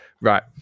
Right